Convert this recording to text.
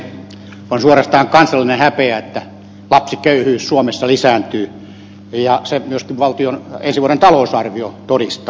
on suorastaan kansallinen häpeä että lapsiköyhyys suomessa lisääntyy ja sen myöskin valtion ensi vuoden talousarvio todistaa